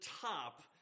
top